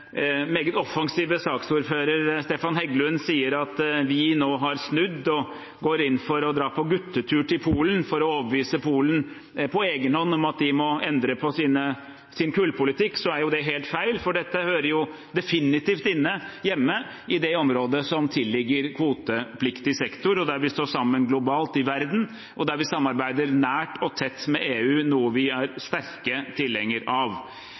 meget offensive saksordfører, Stefan Heggelund, sier at vi nå har snudd og går inn for å dra på guttetur til Polen for å overbevise Polen om at de på egen hånd må endre sin kullpolitikk, er det helt feil. Dette hører definitivt hjemme i det området som tilligger kvotepliktig sektor – der vi står sammen globalt, og der vi samarbeider nært og tett med EU, noe vi er sterkt tilhengere av.